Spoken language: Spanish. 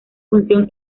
función